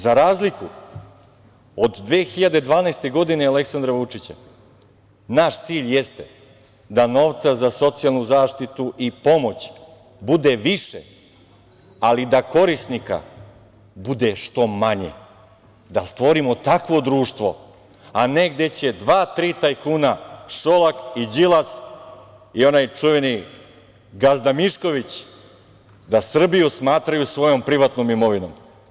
Za razliku od 2012. godine i Aleksandra Vučića, naš cilj jeste da novca za socijalnu zaštitu i pomoć bude više, ali da korisnika bude što manje, da stvorimo takvo društvo, a ne gde će dva, tri tajkuna, Šolak i Đilas i onaj čuveni gazda Mišković da Srbiju smatraju svojom privatnom imovinom.